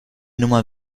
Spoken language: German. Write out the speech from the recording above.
nummer